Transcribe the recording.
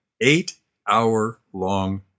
eight-hour-long